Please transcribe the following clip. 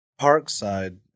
Parkside